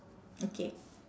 okay